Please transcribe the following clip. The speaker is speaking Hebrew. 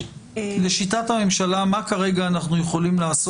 לשיטת הממשלה מה כרגע אנחנו יכולים לעשות?